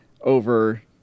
over